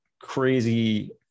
crazy